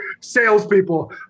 salespeople